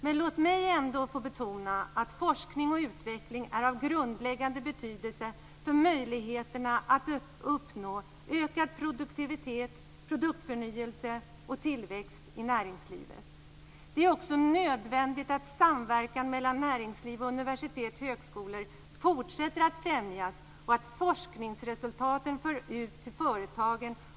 Men låt mig ändå få betona att forskning och utveckling är av grundläggande betydelse för möjligheterna att uppnå ökad produktivitet, produktförnyelse och tillväxt i näringslivet. Det är också nödvändigt att samverkan mellan näringsliv och universitet och högskolor fortsätter att främjas och att forskningsresultat förs ut till företagen.